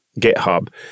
GitHub